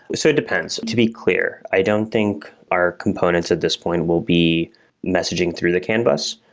so it depends. to be clear, i don't think our components at this point will be messaging through the can bus.